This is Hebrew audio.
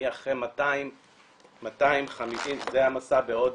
אני אחרי 200 --- זה המסע בהודו,